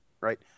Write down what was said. Right